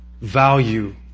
Value